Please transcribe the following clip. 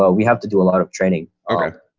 ah we have to do a lot of training